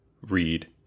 read